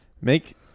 make